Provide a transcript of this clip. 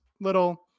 little